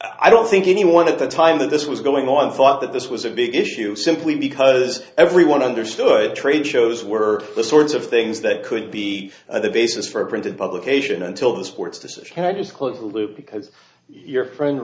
i don't think anyone at the time that this was going on thought that this was a big issue simply because everyone understood trade shows were the sorts of things that could be the basis for a printed publication until the sport's decision i just closed loop because your friend